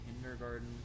kindergarten